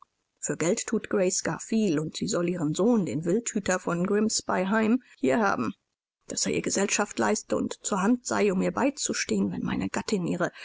für geld thut grace gar viel und sie soll ihren sohn den wildhüter von grimbsby heim hier haben daß er ihr gesellschaft leiste und zur hand sei um ihr beizustehen wenn meine gattin ihre